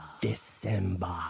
December